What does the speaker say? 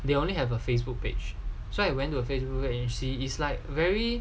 they only have a Facebook page so I went to a Facebook page to see is like very